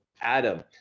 Adam